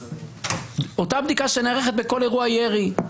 אותה בדיקה שנערכת בכל אירוע ירי.